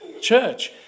church